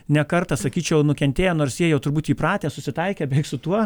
ne kartą sakyčiau nukentėję nors jie jau turbūt įpratę susitaikę su tuo